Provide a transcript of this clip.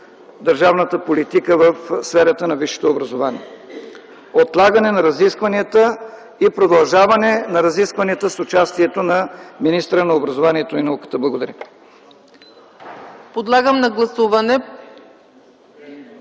държавната политика в сферата на висшето образование. Отлагане на разискванията и продължаване на разискванията с участието на министъра на образованието и науката. Благодаря.